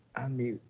i mean,